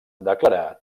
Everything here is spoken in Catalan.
declarar